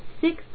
six